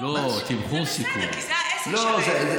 זה בסדר, כי זה העסק שלהם, תמחור האשראי.